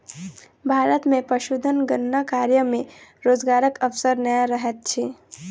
भारत मे पशुधन गणना कार्य मे रोजगारक अवसर नै रहैत छै